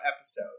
episode